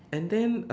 and then